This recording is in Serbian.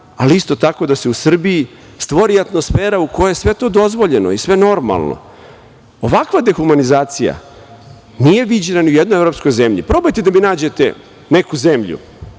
ali isto tako da se u Srbiji stvori atmosfera u kojoj je sve to dozvoljeno i sve normalno. Ovakva dehumanizacija nije viđena ni u jednoj evropskoj zemlji. Probajte da mi nađete neku zemlju